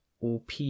OP